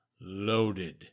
loaded